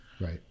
Right